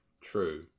True